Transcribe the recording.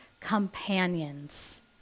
companions